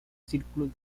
círculos